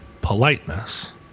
politeness